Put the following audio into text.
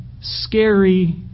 scary